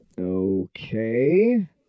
Okay